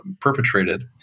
perpetrated